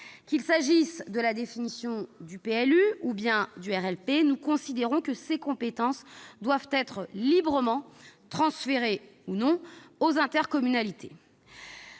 Qu'il s'agisse de la définition du PLU ou de celle du RLP, nous considérons que ces compétences doivent être librement transférées aux intercommunalités.